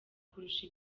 kurusha